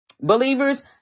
Believers